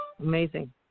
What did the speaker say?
Amazing